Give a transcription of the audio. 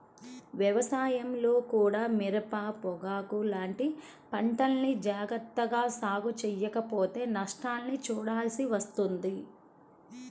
వ్యవసాయంలో కూడా మిరప, పొగాకు లాంటి పంటల్ని జాగర్తగా సాగు చెయ్యకపోతే నష్టాల్ని చూడాల్సి వస్తుంది